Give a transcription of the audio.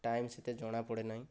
time ସେତେ ଜଣା ପଡ଼େ ନାହିଁ